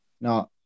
No